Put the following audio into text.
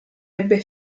ebbe